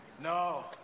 No